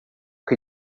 can